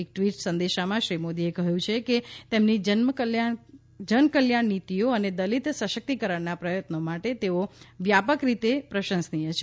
એક ટ્વીટ સંદેશામાં શ્રી મોદીએ કહ્યું છે કે તેમની જનકલ્યાણ નીતીઓ અને દલિત સશક્તિકરણના પ્રયત્નો માટે તેઓ વ્યાપક રીતે પ્રશંસનીય છે